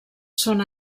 són